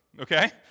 Okay